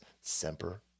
Semper